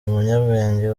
umunyabwenge